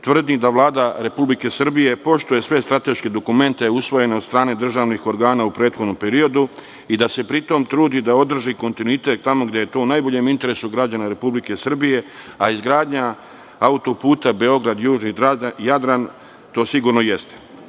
tvrdnji da Vlada Republike Srbije poštuje sve strateške dokumente usvojene od strane državnih organa u prethodnom periodu i da se pri tome trudi da održi kontinuitet tamo gde je to u najboljem interesu građana Republike Srbije, a izgradnja autoputa Beograd-Južni Jadran to sigurno